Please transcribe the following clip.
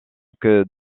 que